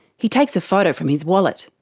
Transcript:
he takes a photo from his wallet.